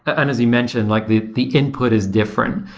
and as he mentioned, like the the input is different.